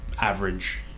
average